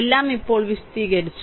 എല്ലാം ഇപ്പോൾ വിശദീകരിച്ചു